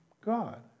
God